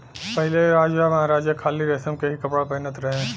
पहिले राजामहाराजा खाली रेशम के ही कपड़ा पहिनत रहे